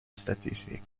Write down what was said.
statistically